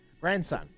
grandson